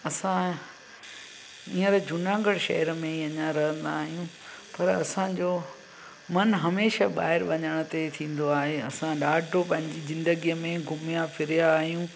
असां हीअंर जूनागढ़ शहर में ई अञा रहंदा आहियूं पर असांजो मन हमेशह ॿाहिरि वञण ते थींदो आहे असां ॾाढो पंहिंजी जिंदगीअ में घुमया फिरया आहियूं